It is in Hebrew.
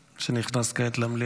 שנכנס כעת למליאה.